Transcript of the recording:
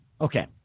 Okay